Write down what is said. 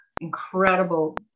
incredible